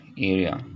area